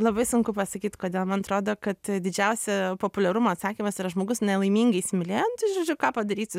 labai sunku pasakyt kodėl man atrodo kad didžiausią populiarumo atsakymas yra žmogus nelaimingai įsimylėjo tai žodžiu ką padarysi